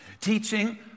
Teaching